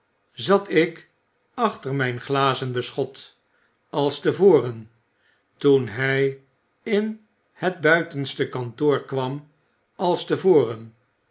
zat ik achter myn glazen beschot als te voren toen hy in het buitenste kantoor kwam als te voren